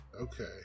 Okay